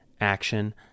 action